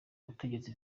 ubutegetsi